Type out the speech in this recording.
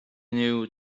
knew